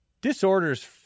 Disorders